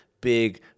big